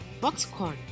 Boxcorn